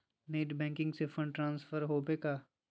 Net banking से fund transfer होखें बा?